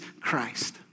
Christ